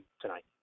tonight